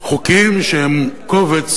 חוקים שהם קובץ,